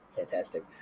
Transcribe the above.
Fantastic